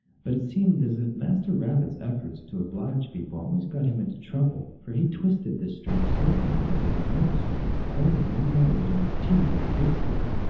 but it seemed as if master rabbit s efforts to oblige people always got him into trouble, for he twisted this string so rapidty and earnestly, holding one end of it in his teeth as he did so,